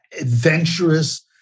adventurous